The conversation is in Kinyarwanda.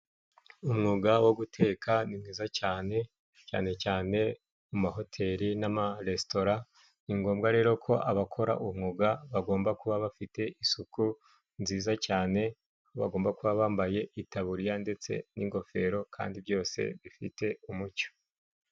umwuga wo guteka ni mwiza cyane, cyane cyane mu mahoteli n'amaresitora. Ni ngombwa rero ko abakora uwo mwuga bagomba kuba bafite isuku nziza cyane. Bagomba kuba bambaye itaburiya ndetse n'ingofero kandi byose bifite umucyo.